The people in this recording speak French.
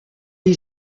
est